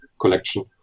collection